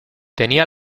tenía